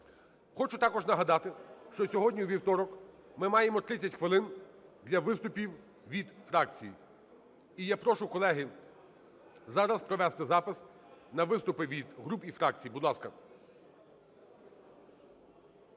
Хочу також нагадати, що сьогодні, у вівторок, ми маємо 30 хвилин для виступів від фракцій. І я прошу, колеги, зараз провести запис на виступи від груп і фракцій, будь ласка.